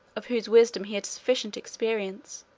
of whose wisdom he had sufficient experience,